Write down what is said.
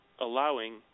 allowing